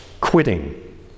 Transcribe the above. quitting